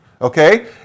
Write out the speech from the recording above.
okay